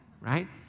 right